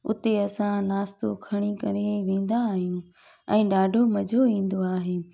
हुते असां नास्तो खणी करे वेंदा आहियूं ऐं ॾाढो मज़ो ईंदो आहे